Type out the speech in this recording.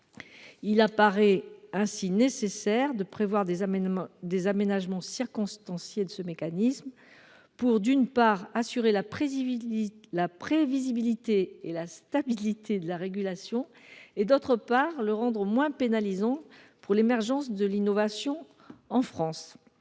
Il apparaît ainsi nécessaire de prévoir des aménagements circonstanciés de ce mécanisme pour, d’une part, assurer la prévisibilité et la stabilité de la régulation et, d’autre part, le rendre moins pénalisant pour l’émergence de l’innovation en France.